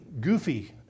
goofy